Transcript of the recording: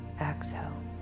exhale